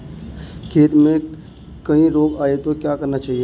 खेत में कोई रोग आये तो क्या करना चाहिए?